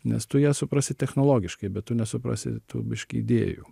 nes tu ją suprasi technologiškai bet tu nesuprasi tų biški idėjų